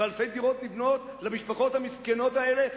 ואלפי דירות נבנות למשפחות המסכנות האלה,